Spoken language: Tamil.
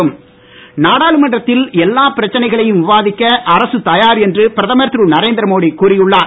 மோடி பேட்டி நாடாளுமன்றத்தில் எல்லா பிரச்சனைகளையும் விவாதிக்க அரசு தயார் என்று பிரதமர் திரு நரேந்திரமோடி கூறி உள்ளார்